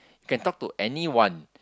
can talk to anyone